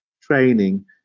training